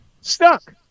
stuck